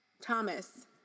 Thomas